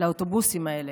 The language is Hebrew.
לאוטובוסים האלה.